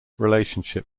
relationship